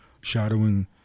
shadowing